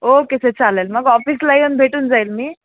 okay sir चालेल मग ऑफिसला येऊन भेटून जाईल मी